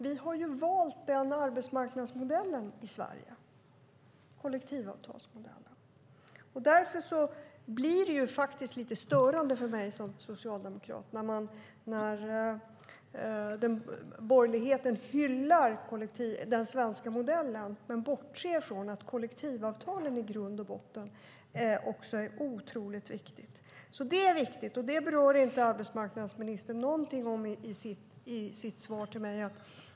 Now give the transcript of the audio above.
Vi har ju valt den arbetsmarknadsmodellen i Sverige. Därför blir det lite störande för mig som socialdemokrat när borgerligheten hyllar den svenska modellen men bortser från att också kollektivavtalen i grund och botten är otroligt viktiga. Detta berör inte arbetsmarknadsministern i sitt svar till mig.